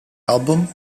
album